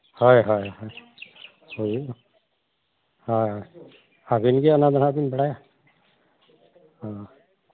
ᱦᱳᱭ ᱦᱳᱭ ᱦᱳᱭ ᱦᱩᱭᱩᱜᱼᱟ ᱦᱳᱭ ᱟᱹᱵᱤᱱ ᱜᱮ ᱚᱱᱟ ᱫᱚ ᱦᱟᱸᱜ ᱵᱤᱱ ᱵᱟᱲᱟᱭᱟ ᱦᱳᱭ